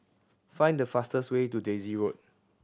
find the fastest way to Daisy Road